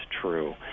true